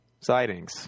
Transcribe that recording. sightings